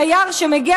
תייר שמגיע,